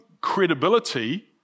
credibility